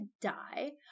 die